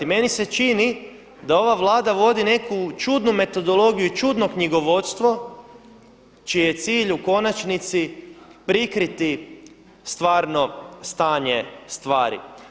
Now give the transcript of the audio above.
Meni se čini da ova Vlada vodi neku čudnu metodologiju, čudno knjigovodstvo čiji je cilj u konačnici prikriti stvarno stanje stvari.